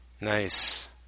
Nice